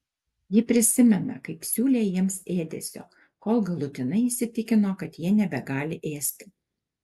ji prisimena kaip siūlė jiems ėdesio kol galutinai įsitikino kad jie nebegali ėsti